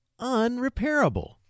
unrepairable